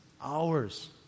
hours